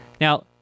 Now